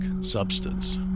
substance